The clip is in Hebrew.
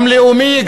גם לאומי,